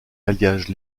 alliage